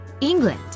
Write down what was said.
England